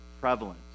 prevalent